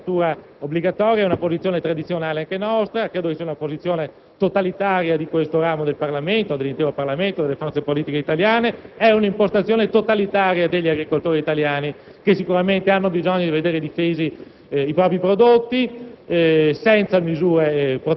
sua mozione riguardante l'etichettatura obbligatoria. È una posizione tradizionale, anche nostra, ma credo che sia una posizione totalitaria del Senato, dell'intero Parlamento e delle forze politiche italiane. È certamente un'impostazione totalitaria degli agricoltori italiani, che hanno bisogno di vedere difesi i propri prodotti